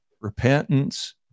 repentance